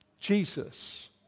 Jesus